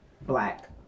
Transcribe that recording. black